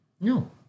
No